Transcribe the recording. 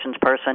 person